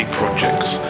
projects